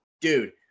dude